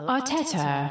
Arteta